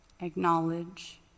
acknowledge